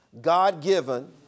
God-given